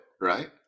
Right